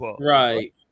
right